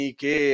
che